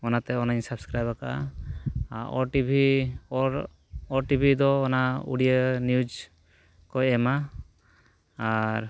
ᱚᱱᱟᱛᱮ ᱚᱱᱟᱧ ᱥᱟᱵᱥᱠᱨᱟᱭᱤᱵᱽ ᱟᱠᱟᱜᱼᱟ ᱟᱨ ᱳ ᱴᱤᱵᱷᱤ ᱟᱨ ᱳ ᱴᱤᱦᱤ ᱫᱚ ᱚᱱᱟ ᱩᱲᱤᱭᱟᱹ ᱱᱤᱭᱩᱡᱽ ᱠᱚᱭ ᱮᱢᱟ ᱟᱨ